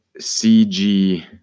cg